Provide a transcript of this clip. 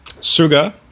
sugar